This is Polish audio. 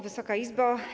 Wysoka Izbo!